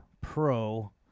Pro